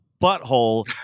butthole